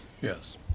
Yes